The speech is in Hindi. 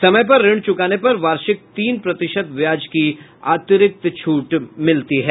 समय पर ऋण चुकाने पर वार्षिक तीन प्रतिशत ब्याज की अतिरिक्त छूट मिलती है